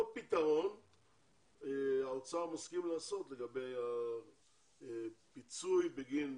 אותו פתרון האוצר מסכים לעשות לגבי הפיצוי בגין,